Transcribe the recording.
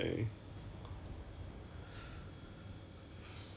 ya then 等一下 if I commit to such a huge amount of money